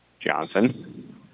Johnson